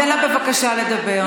תן לה בבקשה לדבר.